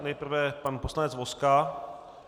Nejprve pan poslanec Vozka.